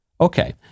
Okay